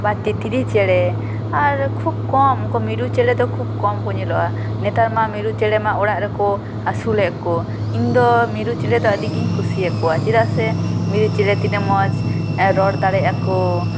ᱟᱵᱟᱨ ᱛᱤᱛᱨᱤ ᱪᱮᱬᱮ ᱟᱨ ᱠᱷᱩᱵ ᱠᱚᱢ ᱩᱱᱠᱩ ᱢᱤᱨᱩ ᱪᱮᱬᱮ ᱫᱚ ᱠᱷᱩᱵ ᱠᱚᱢ ᱠᱚ ᱧᱮᱞᱚᱜᱼᱟ ᱱᱮᱛᱟᱨ ᱢᱟ ᱢᱤᱨᱩ ᱪᱮᱬᱮ ᱢᱟ ᱚᱲᱟᱜ ᱨᱮᱠᱚ ᱟᱥᱩᱞᱮᱫ ᱠᱚ ᱤᱧ ᱫᱚ ᱢᱤᱨᱩ ᱪᱮᱬᱮ ᱫᱚ ᱟᱹᱰᱤ ᱜᱮᱧ ᱠᱩᱥᱤ ᱟᱠᱚᱭᱟ ᱪᱮᱫᱟᱜ ᱥᱮ ᱢᱤᱨᱩ ᱪᱮᱬᱮ ᱛᱤᱱᱟᱜ ᱢᱚᱡᱽ ᱨᱚᱲ ᱫᱟᱲᱮᱜᱼᱟᱠᱚ